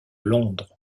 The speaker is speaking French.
londres